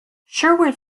sherwood